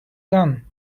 gone